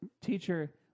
Teacher